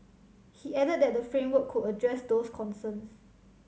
he added that the framework could address those concerns